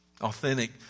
authentic